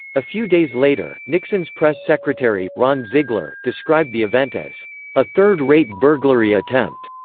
a few days later, nixon's press secretary, ron ziegler, described the event as a third-rate burglary attempt.